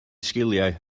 sgiliau